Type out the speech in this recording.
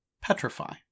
petrify